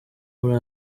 muri